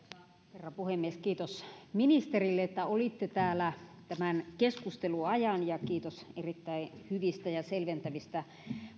herra puhemies kiitos ministerille että olitte täällä tämän keskustelun ajan ja kiitos erittäin hyvistä ja selventävistä